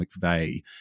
McVeigh